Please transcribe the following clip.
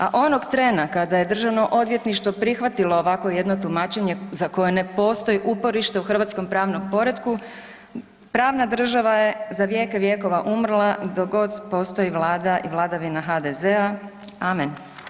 A onog trena kada je Državno odvjetništvo prihvatilo ovakvo jedno tumačenje za koje ne postoji uporište u hrvatskom pravnom poretku, pravna država je za vijeke vjekova umrla dok god postoji Vlada i vladavina HDZ-a, amen.